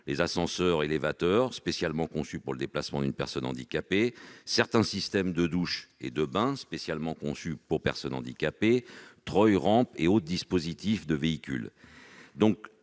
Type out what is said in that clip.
les ascenseurs ou élévateurs spécialement conçus pour le déplacement de personnes handicapées, pour certains systèmes de douche et de baignoire spécialement conçus pour personnes handicapées, pour des treuils, rampes ou d'autres dispositifs d'accès